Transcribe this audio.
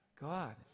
God